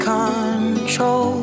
control